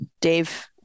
Dave